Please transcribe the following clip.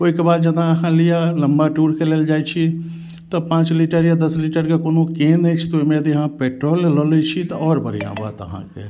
ओहिके बाद जतऽ अहाँ लिअ लम्बा टूरके लेल जाइ छी तऽ पाँच लीटर या दस लीटरके कोनो केन अछि तऽ ओहिमे यदि अहाँ पेट्रोल लऽ लै छी तऽ आओर बढ़िऑं बात अहाँके